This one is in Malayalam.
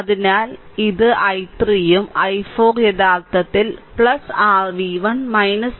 അതിനാൽ ഇത് i3 ഉം i4 യഥാർത്ഥത്തിൽ r v1 v2 ന് 6 ഉം ആണ്